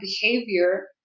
behavior